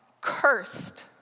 Cursed